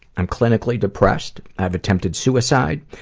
i'm clinically depressed, i've attempted suicide,